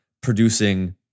producing